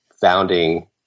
founding